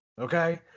Okay